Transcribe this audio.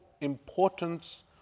importance